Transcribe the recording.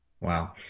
wow